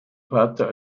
vater